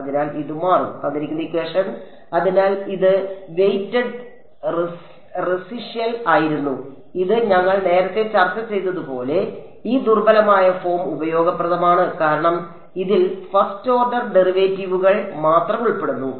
അതിനാൽ ഇത് മാറും അതിനാൽ ഇത് വെയിറ്റഡ് റെസിഷ്യൽ ആയിരുന്നു ഇത് ഞങ്ങൾ നേരത്തെ ചർച്ച ചെയ്തതുപോലെ ഈ ദുർബലമായ ഫോം ഉപയോഗപ്രദമാണ് കാരണം ഇതിൽ ഫസ്റ്റ് ഓർഡർ ഡെറിവേറ്റീവുകൾ മാത്രം ഉൾപ്പെടുന്നു